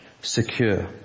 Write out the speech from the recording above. secure